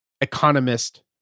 economist